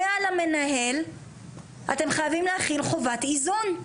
ועל המנהל אתם חייבים להחיל חובת איזון.